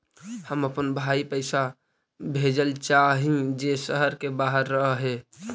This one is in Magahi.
हम अपन भाई पैसा भेजल चाह हीं जे शहर के बाहर रह हे